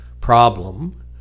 problem